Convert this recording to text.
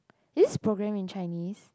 is this program in Chinese